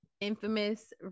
infamous